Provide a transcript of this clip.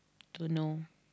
don't know